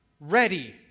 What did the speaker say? ready